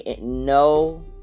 No